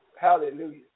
Hallelujah